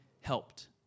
helped